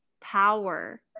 power